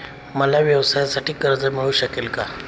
मला व्यवसायासाठी कर्ज मिळू शकेल का?